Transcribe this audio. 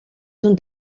d’un